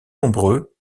nombreux